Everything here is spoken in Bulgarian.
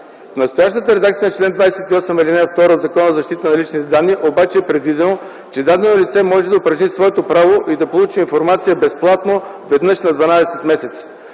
Настоящата редакция на чл. 28, ал. 2 от Закона за защита на личните данни обаче е предвидила, че дадено лице може да упражни своето право и да получи информация безплатно веднъж на 12 месеца.